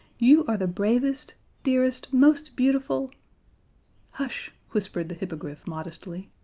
you are the bravest, dearest, most beautiful hush, whispered the hippogriff modestly.